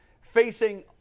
facing